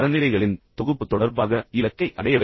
தரநிலைகளின் தொகுப்பு தொடர்பாக ஒரு இலக்கை அடைய இலக்கை அடைய